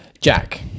Jack